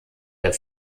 der